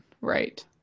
right